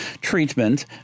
treatment